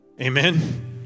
Amen